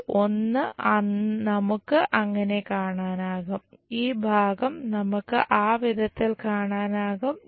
ഈ ഒന്ന് നമുക്ക് അങ്ങനെ കാണാനാകും ഈ ഭാഗം നമുക്ക് ആ വിധത്തിൽ കാണാനാകും